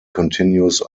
continues